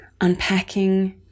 unpacking